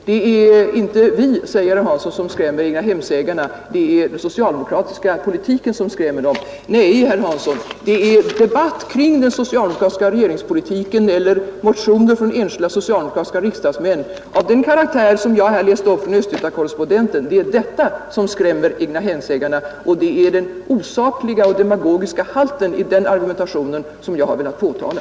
Det är inte vi, säger herr Hansson, som skrämmer egnahemsägarna, utan det är den socialdemokratiska politiken som skrämmer dem. Nej, herr Hansson, det är debatt kring den socialdemokratiska regeringspolitiken eller motioner från enskilda socialdemokratiska riksdagsmän av den karaktär som jag har läst upp exempel på ur Östgöta Correspondenten som skrämmer egnahemsägarna, och det är den osakliga och demagogiska halten i den argumentationen som jag har velat påtala.